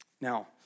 Now